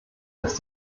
dass